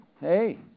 Hey